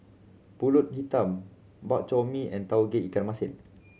Pulut Hitam Bak Chor Mee and Tauge Ikan Masin